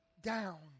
down